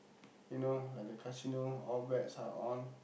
you know like the casino all bets are on